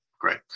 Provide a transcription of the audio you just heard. Great